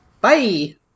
Bye